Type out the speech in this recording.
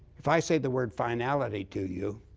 if i say the word finality to you,